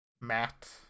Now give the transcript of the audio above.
Matt